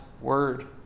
Word